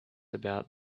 about